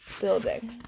building